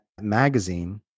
magazine